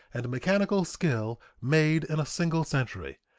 and mechanical skill made in a single century,